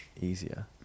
easier